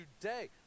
today